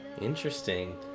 Interesting